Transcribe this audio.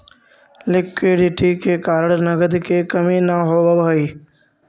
liquidity के कारण नगद के कमी न होवऽ हई